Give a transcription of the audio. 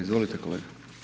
Izvolite kolega.